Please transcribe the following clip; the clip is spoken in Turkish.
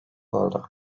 oldu